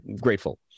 grateful